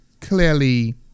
clearly